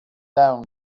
down